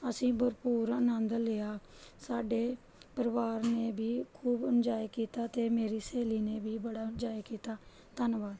ਅਸੀਂ ਭਰਪੂਰ ਆਨੰਦ ਲਿਆ ਸਾਡੇ ਪਰਿਵਾਰ ਨੇ ਵੀ ਖੂਬ ਇੰਜੋਏ ਕੀਤਾ ਅਤੇ ਮੇਰੀ ਸਹੇਲੀ ਨੇ ਵੀ ਬੜਾ ਇੰਜੋਏ ਕੀਤਾ ਧੰਨਵਾਦ